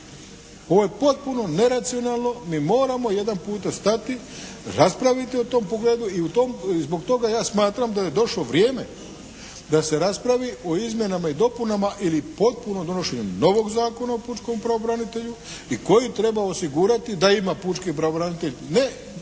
Ovo je potpuno neracionalno. Mi moramo jedan puta stati, raspraviti u tom pogledu i zbog toga ja smatram da je došlo vrijeme da se raspravi o izmjenama i dopunama ili potpuno donošenje novog Zakona o pučkom pravobranitelju i koji treba osigurati da ima pravobranitelj ne